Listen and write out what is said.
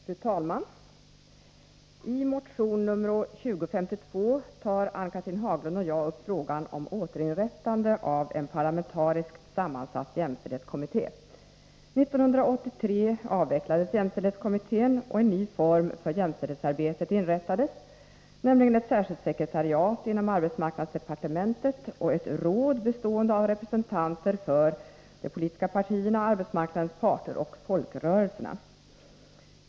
Fru talman! I motion nr 2052 tar Ann-Cathrine Haglund och jag upp frågan om Ååterinrättande av en parlamentariskt sammansatt jämställdhetskommitté. 1983 avvecklades jämställdhetskommittén och en ny form för jämställdhetsarbetet inrättades, nämligen ett särskilt sekretariat inom arbetsmarknadsdepartementet samt ett råd, bestående av representanter för de politiska partierna, arbetsmarknadens parter och folkrörelserna.